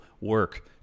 work